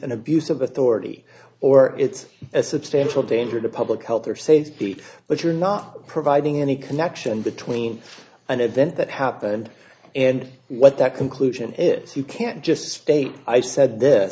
an abuse of authority or it's a substantial danger to public health or safety but you're not providing any connection between an event that happened and what that conclusion is you can't just state i said this